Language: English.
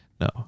No